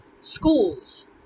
schools